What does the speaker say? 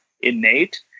innate